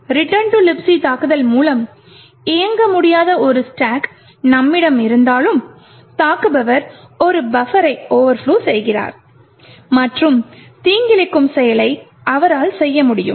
Return to Libc தாக்குதல் மூலம் இயங்க முடியாத ஒரு ஸ்டாக் நம்மிடம் இருந்தாலும் தாக்குபவர் ஒரு பஃபரை ஓவர்ப்லொ செய்கிறார் மற்றும் தீங்கிழைக்கும் செயலைச் அவரால் செய்ய முடியும்